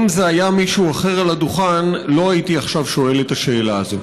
אם זה היה מישהו אחר על הדוכן לא הייתי עכשיו שואל את השאלה הזאת,